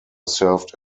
served